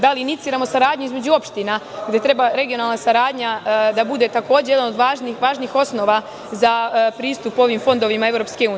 Da li iniciramo saradnju između opština gde treba regionalna saradnja da bude takođe jedan od važnih osnova za pristup ovim fondovima EU.